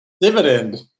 dividend